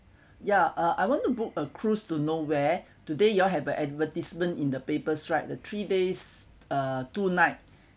yeah uh I want to book a cruise to no where today you all have an advertisement in the papers right the three days uh two night